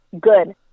Good